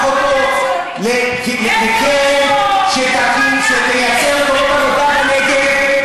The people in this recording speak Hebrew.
אותו לקרן שתייצר מקומות עבודה בנגב?